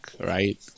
right